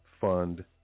fund